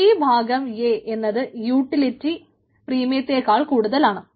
P ഭാഗം A എന്നത് utility പ്രീമിയത്തെക്കാൾ കൂടുതലാണ്